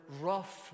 rough